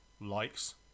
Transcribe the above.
likes